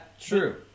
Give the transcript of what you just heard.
True